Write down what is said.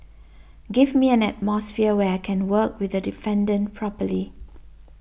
give me an atmosphere where I can work with the defendant properly